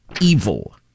evil